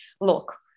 look